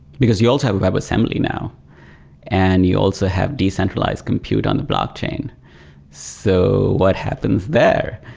because you also have a web assembly now and you also have decentralized compute on the blockchain. so what happens there?